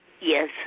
Yes